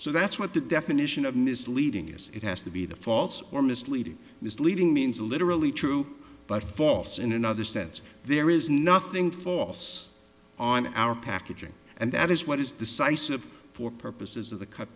so that's what the definition of misleading is it has to be the false or misleading misleading means literally true but false in another sense there is nothing false on our packaging and that is what is the size of for purposes of the cu